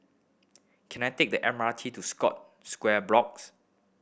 can I take the M R T to Scott Square Blocks